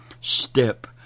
step